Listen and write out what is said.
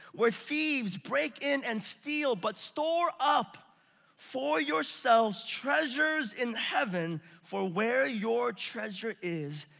where thieves break in and steal, but store up for yourselves treasures in heaven for where your treasure is,